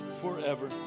forever